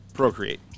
Procreate